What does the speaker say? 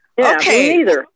Okay